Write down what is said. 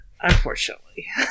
Unfortunately